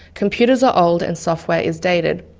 computers are old and software is dated.